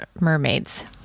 mermaids